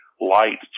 light